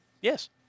Yes